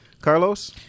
Carlos